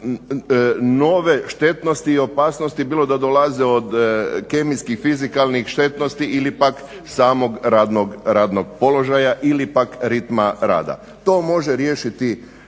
nove štetnosti i opasnosti bilo da dolaze od kemijskih, fizikalnih štetnosti ili pak samog radnog položaja ili pak ritma rada. To može riješiti,